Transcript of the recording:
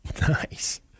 Nice